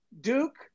Duke